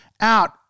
out